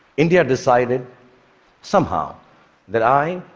india decided somehow that i,